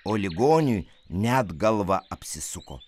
o ligoniui net galva apsisuko